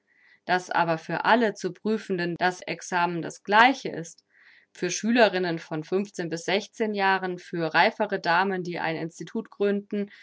daß aber für alle zu prüfenden das examen das gleiche ist für schülerinnen von jahren für reifere damen die ein institut gründen